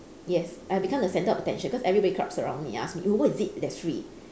yes I become the centre of attention because everybody crowds around me and ask me oh what is it that's free